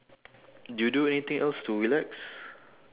you do anything else to relax